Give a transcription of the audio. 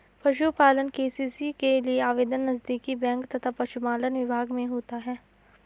पशुपालन के.सी.सी के लिए आवेदन नजदीकी बैंक तथा पशुपालन विभाग में होता है